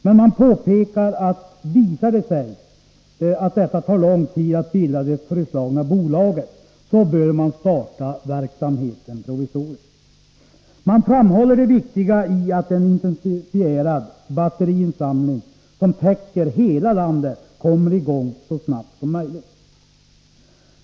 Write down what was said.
Men man påpekar att om det visar sig ta lång tid att bilda det föreslagna bolaget, så bör man starta verksamheten provisoriskt. Man framhåller vikten av att en intensifierad batteriinsamling som täcker hela landet kommer i gång så snabbt som möjligt.